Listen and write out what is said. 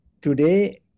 today